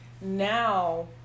now